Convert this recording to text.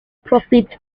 profits